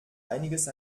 einiges